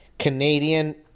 Canadian